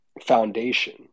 foundation